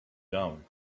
dumb